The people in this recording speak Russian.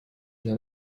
для